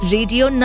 Radio